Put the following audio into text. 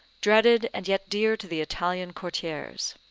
dreaded and yet dear to the italian courtiers.